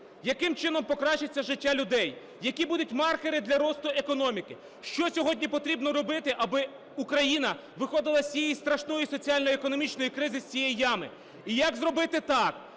яким чином покращиться життя людей; які будуть маркери для росту економіки; що сьогодні потрібно робити, аби Україна виходила з цієї страшної соціально-економічної кризи, з цієї ями; і як зробити так,